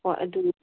ꯍꯣꯏ ꯑꯗꯨ